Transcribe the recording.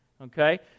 Okay